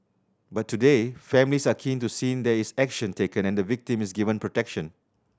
but today families are keen to seen there is action taken and the victim is given protection